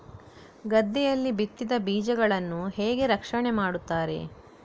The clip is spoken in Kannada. ಗದ್ದೆಯಲ್ಲಿ ಬಿತ್ತಿದ ಬೀಜಗಳನ್ನು ಹೇಗೆ ರಕ್ಷಣೆ ಮಾಡುತ್ತಾರೆ?